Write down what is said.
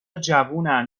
جوونن